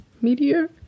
Meteor